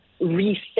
reset